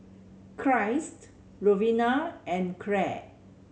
Christ Lovina and Clare